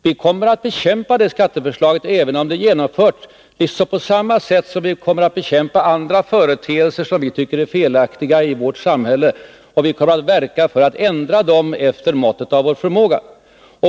Vi kommer att bekämpa det skatteförslaget även om det är genomfört, på samma sätt som vi kommer att bekämpa andra företeelser som vi tycker är felaktiga i vårt samhälle, och vi kommer att verka för att ändra dem efter måttet av vår förmåga.